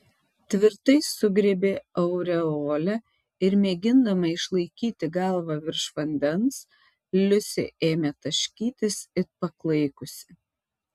tvirtai sugriebė aureolę ir mėgindama išlaikyti galvą virš vandens liusė ėmė taškytis it paklaikusi